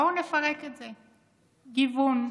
בואו נפרק את זה, גיוון.